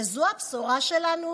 וזו הבשורה שלנו?